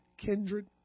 kindred